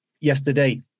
yesterday